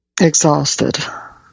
Exhausted